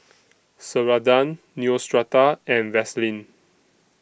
Ceradan Neostrata and Vaselin